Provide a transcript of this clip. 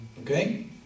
Okay